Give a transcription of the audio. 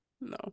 No